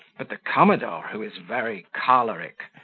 but the commodore, who is very choleric,